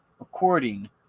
according